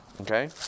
okay